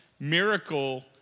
Miracle